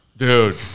Dude